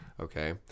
Okay